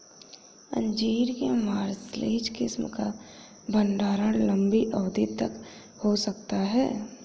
अंजीर के मार्सलीज किस्म का भंडारण लंबी अवधि तक हो सकता है